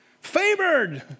favored